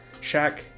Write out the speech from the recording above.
Shaq